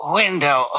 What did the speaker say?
window